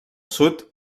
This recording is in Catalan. sud